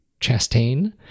Chastain